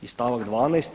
I stavak 12.